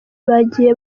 bagiye